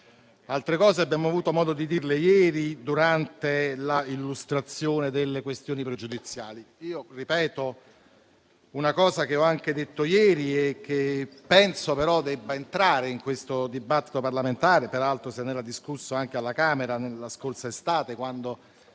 Altre cose abbiamo avuto modo di dirle ieri durante l'illustrazione delle questioni pregiudiziali. Ripeto una cosa che ho detto anche ieri e che penso debba entrare in questo dibattito parlamentare. Peraltro se ne era discusso anche alla Camera la scorsa estate, quando